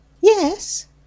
Yes